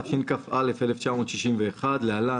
התשכ"א-1961 (להלן,